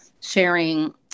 sharing